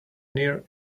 near